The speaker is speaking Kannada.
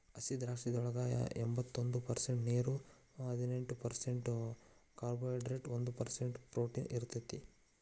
ಹಸಿದ್ರಾಕ್ಷಿಯೊಳಗ ಎಂಬತ್ತೊಂದ ಪರ್ಸೆಂಟ್ ನೇರು, ಹದಿನೆಂಟ್ ಪರ್ಸೆಂಟ್ ಕಾರ್ಬೋಹೈಡ್ರೇಟ್ ಒಂದ್ ಪರ್ಸೆಂಟ್ ಪ್ರೊಟೇನ್ ಇರತೇತಿ